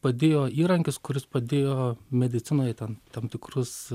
padėjo įrankis kuris padėjo medicinoje ten tam tikrus